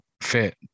fit